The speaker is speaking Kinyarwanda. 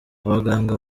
abaganga